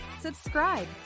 subscribe